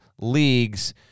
leagues